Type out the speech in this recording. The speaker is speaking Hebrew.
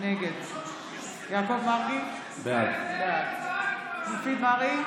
נגד יעקב מרגי, בעד מופיד מרעי,